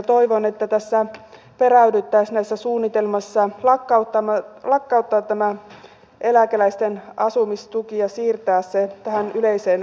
toivon että peräydyttäisiin näissä suunnitelmissa lakkauttaa tämä eläkeläisten asumistuki ja siirtää se tähän yleiseen asumistukeen